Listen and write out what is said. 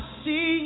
see